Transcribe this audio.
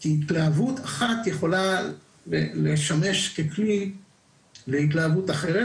כי התלהבות אחת יכולה לשמש ככלי להתלהבות אחרת,